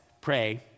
pray